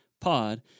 pod